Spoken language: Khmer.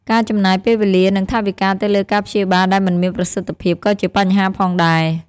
ការចំណាយពេលវេលា និងថវិកាទៅលើការព្យាបាលដែលមិនមានប្រសិទ្ធភាពក៏ជាបញ្ហាផងដែរ។